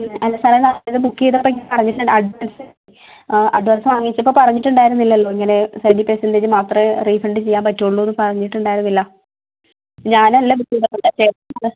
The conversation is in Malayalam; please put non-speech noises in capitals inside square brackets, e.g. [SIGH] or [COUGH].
അല്ല സാറേ നമ്മൾ ഇത് ബുക്ക് ചെയ്തപ്പോൾ ഞാൻ പറഞ്ഞിട്ടുണ്ട് അഡ്വാൻസ് [UNINTELLIGIBLE] ആ അഡ്വാൻസ് വാങ്ങിച്ചപ്പൊൾ പറഞ്ഞിട്ടുണ്ടായിരുന്നില്ലല്ലോ ഇങ്ങനെ സെവൻറി പെർസൻ്റെജ് മാത്രമേ റീഫണ്ട് ചെയ്യാൻ പറ്റുള്ളൂ എന്ന് പറഞ്ഞിട്ടുണ്ടായിരുന്നില്ല ഞാനല്ല ബുക്ക് ചെയ്തത് കൊണ്ടേ ചേട്ടനാണ്